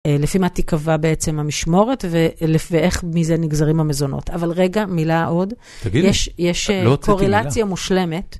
לפי מה תקבע בעצם המשמורת, ואיך מזה נגזרים המזונות. אבל רגע, מילה עוד. תגידי, לא הוצאתי מילה. יש קורלציה מושלמת.